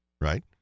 Right